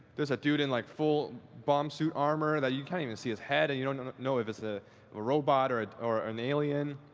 there's a dude in like full bomb-suit armor. you can't even see his head, and you don't know if it's a robot or or an alien.